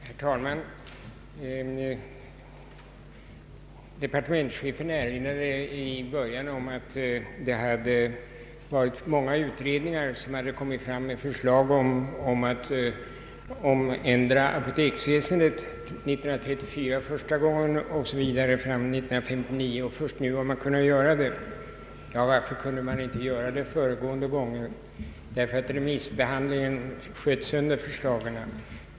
Herr talman! Departementschefen erinrade i början av sitt anförande om att under årens lopp många utredningar lagt fram förslag om ändring av apoteksväsendet — första gången 1934 och vidare fram till 1959. Först nu kan man genomföra reformen. Varför kunde man inte göra det de föregående gångerna? Jo, därför att remissbehandlingen sköt sönder förslagen.